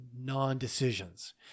non-decisions